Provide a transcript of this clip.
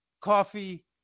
coffee